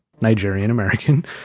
Nigerian-American